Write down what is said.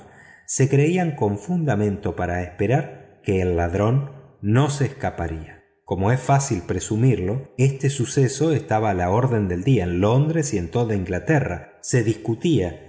se creían con fundamento para esperar que el ladrón no se escaparía como es fácil presumirlo este suceso estaba a la orden del día en londres y en toda inglaterra se discutía